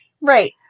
Right